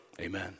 Amen